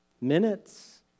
minutes